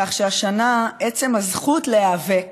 כך, השנה, עצם הזכות להיאבק